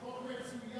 החוק מצוין